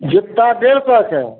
जुत्ता डेढ़ सएके